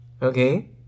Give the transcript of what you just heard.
Okay